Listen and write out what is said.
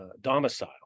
domicile